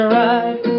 right